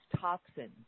toxins